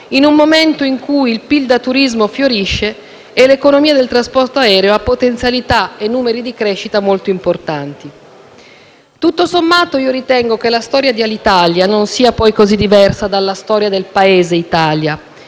in un momento in cui l'apporto al PIL dato dal turismo fiorisce e l'economia del trasporto aereo ha potenzialità e numeri di crescita molto importanti. Tutto sommato, ritengo che la storia dell'Alitalia non sia poi così diversa dalla storia del Paese Italia,